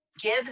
give